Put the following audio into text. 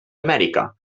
amèrica